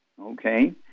Okay